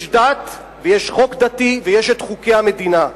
יש דת ויש חוק דתי ויש חוקי המדינה.